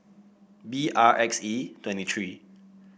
B R X E twenty three